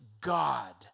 God